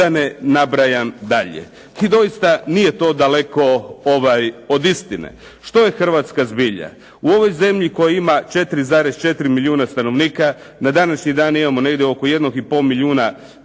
da ne nabrajam dalje. I doista nije to daleko od istine. Što je Hrvatska zbilja? U ovoj zemlji koja ima 4,4 milijuna stanovnika, na današnji dan imamo negdje oko jednog i pol milijuna radnika